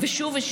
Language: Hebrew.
הישראלים.